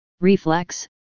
Reflex